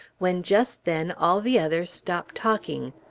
when just then all the others stopped talking.